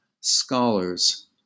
scholars